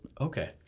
Okay